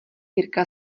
jirka